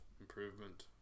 improvement